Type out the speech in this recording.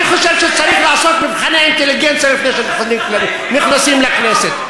אני חושב שצריך לעשות מבחני אינטליגנציה לפני שנכנסים לכנסת.